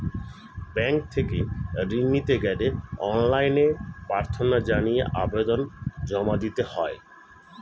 bank থেকে ঋণ নিতে গেলে অনলাইনে প্রার্থনা জানিয়ে আবেদন জমা দিতে হয়